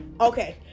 Okay